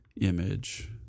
image